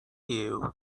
you